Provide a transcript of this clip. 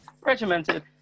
regimented